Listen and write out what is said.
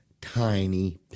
tiny